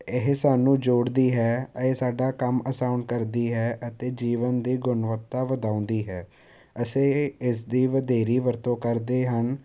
ਇਹ ਸਾਨੂੰ ਜੋੜਦੀ ਹੈ ਤਾਂ ਇਹ ਸਾਡਾ ਕੰਮ ਆਸਾਨ ਕਰਦੀ ਹੈ ਅਤੇ ਜੀਵਨ ਦੀ ਗੁਣਵੱਤਾ ਵਧਾਉਂਦੀ ਹੈ ਅਸੀਂ ਇਸ ਦੀ ਵਧੇਰੀ ਵਰਤੋਂ ਕਰਦੇ ਹਨ